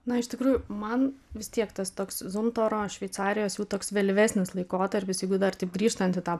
na iš tikrųjų man vis tiek tas toks zumtoro šveicarijos jau toks vėlyvesnis laikotarpis jeigu dar taip grįžtant į tą